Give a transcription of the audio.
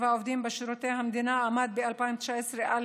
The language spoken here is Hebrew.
העובדים בשירות המדינה עמד ב-2019 על